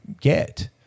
get